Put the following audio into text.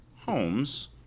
homes